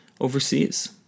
overseas